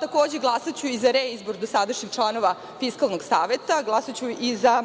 Takođe, glasaću i za reizbor dosadašnjih članova Fiskalnog saveta.